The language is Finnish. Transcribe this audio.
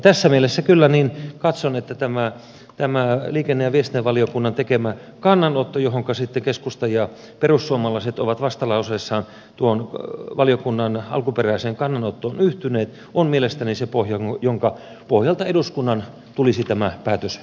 tässä mielessä kyllä katson että tämä liikenne ja viestintävaliokunnan tekemä alkuperäinen kannanotto johonka sitten keskusta ja perussuomalaiset ovat vastalauseessaan yhtyneet on mielestäni se pohja jonka pohjalta eduskunnan tulisi tämä päätös myös tehdä